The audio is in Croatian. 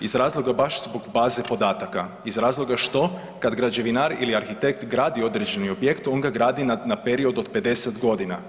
Iz razloga baš zbog baze podataka, iz razloga što kada građevinar ili arhitekt gradi određeni objekt on ga gradi na period od 50 godina.